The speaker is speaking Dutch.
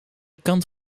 kant